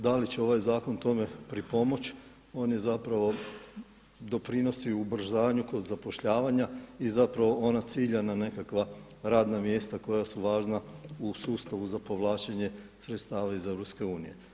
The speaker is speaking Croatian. Da li će ovaj zakon tome pripomoći on je zapravo, doprinosi ubrzanju kod zapošljavanja i zapravo ona ciljana nekakva radna mjesta koja su važna u sustavu za povlačenje sredstava iz EU.